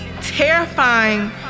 terrifying